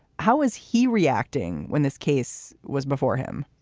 how is he reacting when this case was before him?